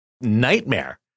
nightmare